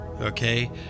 okay